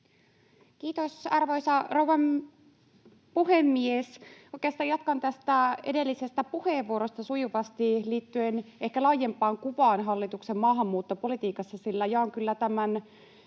Kiitos, arvoisa rouva puhemies! Oikeastaan jatkan tästä edellisestä puheenvuorosta sujuvasti liittyen ehkä laajempaan kuvaan hallituksen maahanmuuttopolitiikassa, sillä jaan kyllä tämän